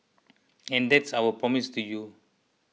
and that's our promise to you